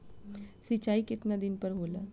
सिंचाई केतना दिन पर होला?